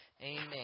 Amen